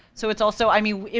so it's also, i mean,